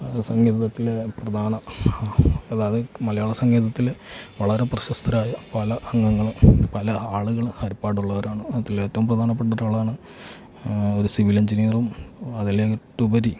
സംഗീതത്തിൽ പ്രധാന അതായത് മലയാള സംഗീതത്തിൽ വളരെ പ്രശസ്തരായ പല അംഗങ്ങളൂം പല ആളുകൾ ഹരിപ്പാടുള്ളവരാണ് അതിൽ ഏറ്റവും പ്രധാനപ്പെട്ടിട്ടുള്ളതാണ് ഒരു സിവിൽ എഞ്ചിനിയറും അതിലൊട്ടുപരി